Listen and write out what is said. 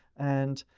and